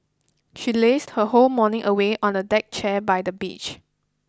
she lazed her whole morning away on a deck chair by the beach